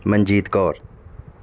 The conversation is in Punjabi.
ਮਨਜੀਤ ਕੌਰ